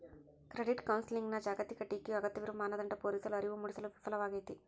credit ಕೌನ್ಸೆಲಿಂಗ್ನ ಜಾಗತಿಕ ಟೀಕೆಯು ಅಗತ್ಯವಿರುವ ಮಾನದಂಡ ಪೂರೈಸಲು ಅರಿವು ಮೂಡಿಸಲು ವಿಫಲವಾಗೈತಿ